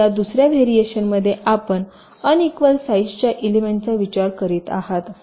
तर या दुसर्या व्हेरिएशन मध्ये आपण अनइक्वल साईझच्या एलिमेंट चा विचार करीत आहात